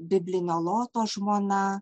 biblinio loto žmona